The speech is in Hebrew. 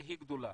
היא גדולה.